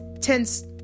tense